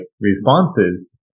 responses